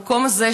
המקום הזה,